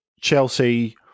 Chelsea